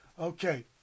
Okay